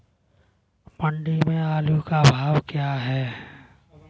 मंडी में आलू का भाव क्या है?